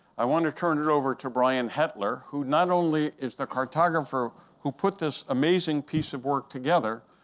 i want to turn it over to brian hettler, who not only is the cartographer who put this amazing piece of work together,